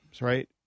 Right